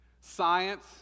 Science